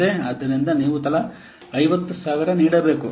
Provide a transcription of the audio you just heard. ಆದ್ದರಿಂದ ನೀವು ತಲಾ 50000 ನೀಡಬೇಕು